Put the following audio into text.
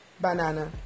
banana